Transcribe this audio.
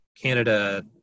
Canada